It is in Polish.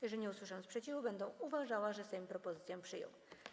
Jeżeli nie usłyszę sprzeciwu, będę uważała, że Sejm propozycję przyjął.